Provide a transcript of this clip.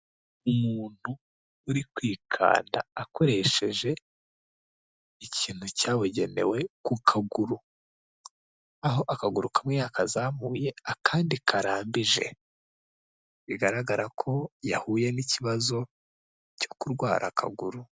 Umuntu uri kwikanda akoresheje ikintu cyabugenewe ku kaguru, aho akaguru kamwe yakazamuye akandi karambije, bigaragara ko yahuye n'ikibazo cyo kurwara akaguru.